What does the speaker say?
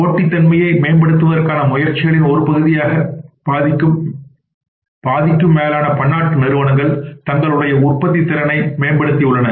போட்டித்தன்மையை மேம்படுத்துவதற்கான முயற்சிகளின் ஒரு பகுதியாக பாதிக்கும் மேலான பன்னாட்டு நிறுவனங்கள் தங்களுடைய உற்பத்தித் திறனை மேம்படுத்தி உள்ளன